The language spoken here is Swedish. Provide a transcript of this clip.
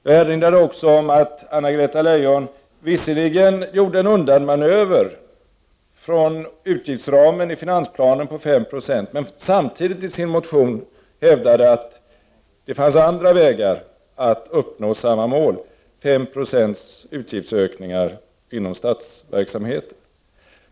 Jag erinrade också om att Anna-Greta Leijon visserligen gjorde en undanmanöver från utgiftsramen i finansplanen på 5 9o men samtidigt i sin motion hävdade att det fanns andra vägar att uppnå samma mål, 5 76 utgiftsökning inom statsverksamheten.